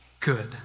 good